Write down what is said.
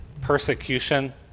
persecution